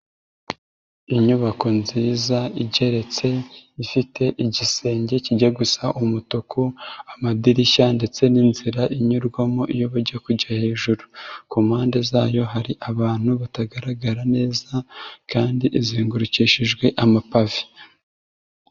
Inyubako nziza igeretse ifite igisenge kijya gusa umutuku amadirishya ndetse n'inzira inyurwamo iyo bajya kujya hejuru ku mpande zayo hari abantu batagaragara neza kandi izengurukishijwe amapave.